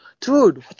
Dude